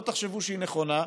לא תחשבו שהיא נכונה,